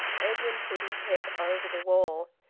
edwin put his head over the wall.